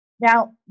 Now